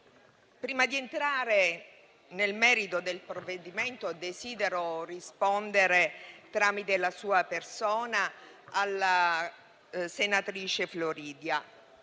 prima di entrare nel merito del provvedimento, desidero rispondere, tramite la sua persona, alla senatrice Floridia.